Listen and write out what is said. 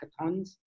hackathons